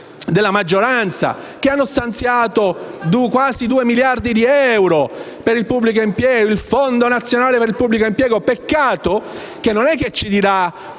dalla maggioranza, che hanno stanziato quasi due miliardi di euro per il pubblico impiego: il Fondo nazionale per il pubblico impiego. Peccato che non ci dirà